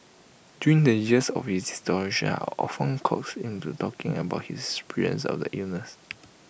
during the years of his deterioration I often coaxed him into talking about his experience of the illness